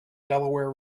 delaware